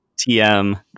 TM